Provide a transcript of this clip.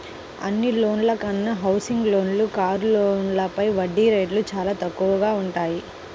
అన్ని లోన్ల కన్నా హౌసింగ్ లోన్లు, కారు లోన్లపైన వడ్డీ రేట్లు చానా తక్కువగా వుంటయ్యి